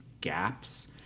gaps